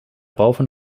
boven